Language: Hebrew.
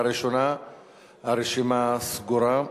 הרשימה סגורה.